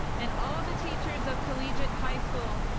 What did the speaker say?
and all the teachers of collegiate high school,